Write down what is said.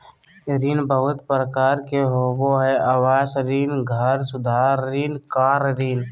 ऋण बहुत प्रकार के होबा हइ आवास ऋण, घर सुधार ऋण, कार ऋण